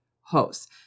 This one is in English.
hosts